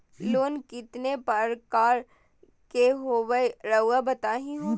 Loan कितने पारकर के होला रऊआ बताई तो?